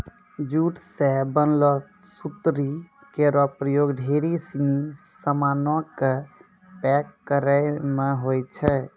jute सें बनलो सुतरी केरो प्रयोग ढेरी सिनी सामानो क पैक करय म होय छै